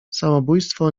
samobójstwo